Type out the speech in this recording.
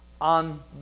on